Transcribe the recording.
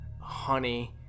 honey